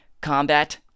combat